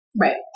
Right